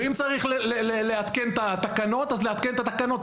ואם צריך לעדכן את התקנות אז לעדכן את התקנות,